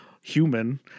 human